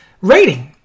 rating